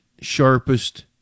sharpest